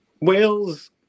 Wales